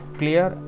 clear